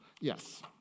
Yes